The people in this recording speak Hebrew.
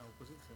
תחליטו,